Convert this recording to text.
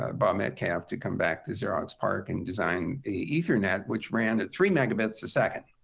ah bob metcalfe to come back to xerox parc and design the ethernet, which ran at three megabits a second,